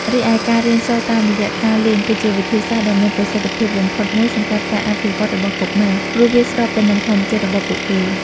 រីឯការរៀនសូត្រតាមរយៈការលេង គឺជាវិធីសាស្ត្រដ៏មានប្រសិទ្ធភាពបំផុតមួយសម្រាប់ការអភិវឌ្ឍរបស់កុមារ ព្រោះវាស្របទៅនឹងធម្មជាតិរបស់ពួកគេ។